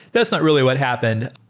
that's not really what happened.